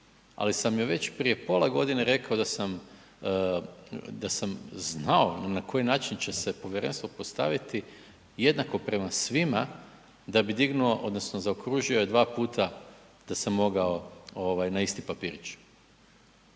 ali sam joj već prije pola godine rekao da sam znao na koji način će se povjerenstvo postaviti jednako prema svima da bi dignuo, odnosno zaokružio je 2x da sam mogao na isti papirić.